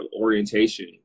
orientation